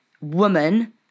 woman